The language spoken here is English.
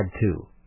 two